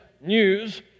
news